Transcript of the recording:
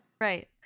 right